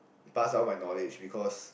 pass down my knowledge because